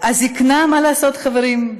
הזקנה, מה לעשות, חברים?